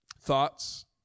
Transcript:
thoughts